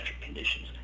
conditions